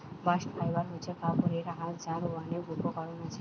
bast fibre হচ্ছে কাপড়ের আঁশ যার অনেক উপকরণ আছে